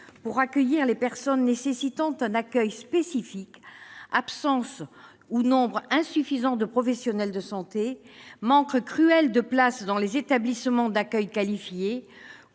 pour accueillir les personnes nécessitant un accueil spécifique : absence ou nombre insuffisant de professionnels de santé, manque cruel de places dans des établissements d'accueil qualifiés,